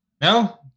No